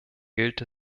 gilt